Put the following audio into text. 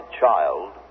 child